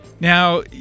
Now